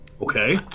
Okay